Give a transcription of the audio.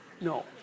no